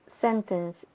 sentence